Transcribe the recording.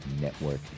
Network